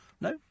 No